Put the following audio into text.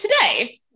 today